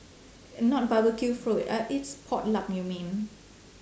not barbecue food uh it's pot luck you mean